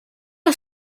are